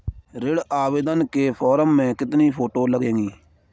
ऋण आवेदन के फॉर्म में कितनी फोटो लगेंगी?